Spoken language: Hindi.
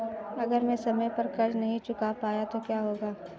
अगर मैं समय पर कर्ज़ नहीं चुका पाया तो क्या होगा?